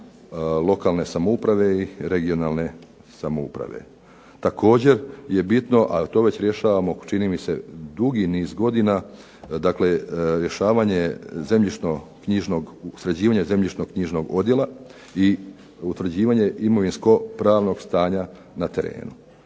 lokalne samouprave i regionalne samouprave. Također je bitno, a to već rješavamo čini mi se dugi niz godina, dakle sređivanje zemljišno-knjižnog odjela i utvrđivanje imovinsko-pravnog stanja na terenu.